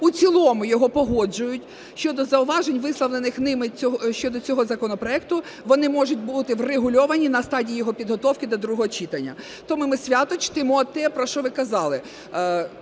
У цілому його погоджують. Щодо зауважень, висловлених ними щодо цього законопроекту, вони можуть бути врегульовані на стадії його підготовки до другого читання. Тому ми свято чтимо те, про що ви казали,